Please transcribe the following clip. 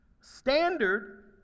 Standard